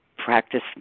practice